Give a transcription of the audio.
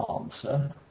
answer